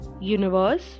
universe